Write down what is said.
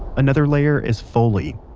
another layer is foley.